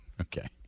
okay